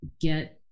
get